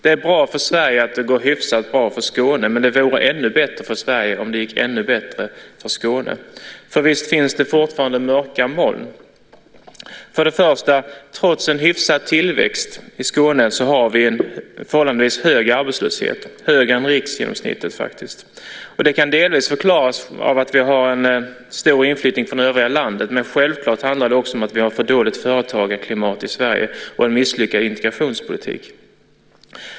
Det är bra för Sverige att det går hyfsat bra för Skåne, men det vore ännu bättre för Sverige om det gick ännu bättre för Skåne. Visst finns det fortfarande mörka moln. För det första har vi, trots hyfsad tillväxt i Skåne, en förhållandevis hög arbetslöshet. Den är faktiskt högre än riksgenomsnittet. Detta kan delvis förklaras av att vi har en stor inflyttning från övriga landet, men självklart handlar det också om att vi har för dåligt företagarklimat i Sverige och en misslyckad integrationspolitik.